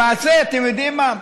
למעשה, אתם יודעים מה?